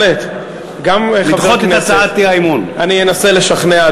אני אנסה לשכנע.